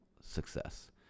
success